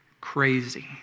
crazy